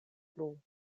plu